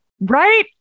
Right